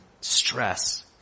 stress